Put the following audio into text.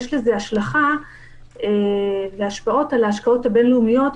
יש לזה השלכה והשפעות על ההשקעות הבין-לאומיות,